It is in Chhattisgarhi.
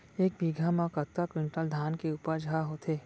एक बीघा म कतका क्विंटल धान के उपज ह होथे?